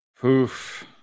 Poof